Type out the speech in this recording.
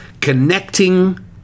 connecting